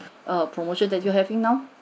err promotion that you're having now